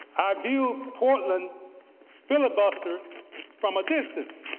i view portland filibuster from a distance.